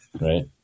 Right